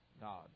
God